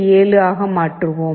7 ஆக மாற்றுவோம்